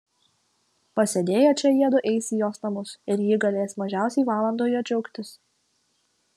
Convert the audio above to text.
pasėdėję čia jiedu eis į jos namus ir ji galės mažiausiai valandą juo džiaugtis